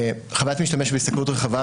חוויית משתמש בהסתכלות רחבה,